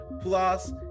Plus